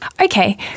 Okay